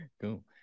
Cool